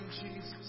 Jesus